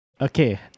Okay